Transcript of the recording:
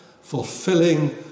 fulfilling